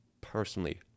personally